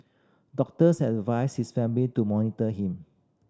doctors have advised his family to monitor him